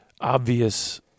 obvious